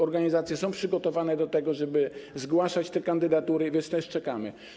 Organizacje są przygotowane do tego, żeby zgłaszać te kandydatury, więc teraz czekamy.